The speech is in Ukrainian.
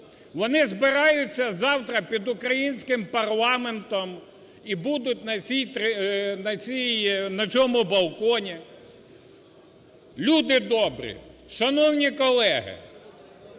вони збираються завтра під українським парламентом і будуть на цьому балконі. Люди добрі, шановні колеги!